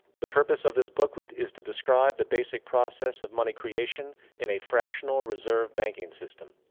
the purpose of this booklet is to describe the basic process of money creation in a fractional reserve banking system.